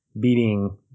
beating